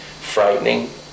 frightening